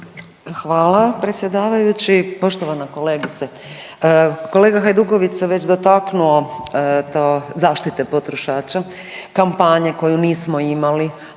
Hvala predsjedavajući. Poštovana kolegice, kolega Hajduković se već dotaknuo zaštite potrošača, kampanje koju nismo imali,